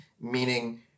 Meaning